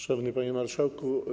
Szanowny Panie Marszałku!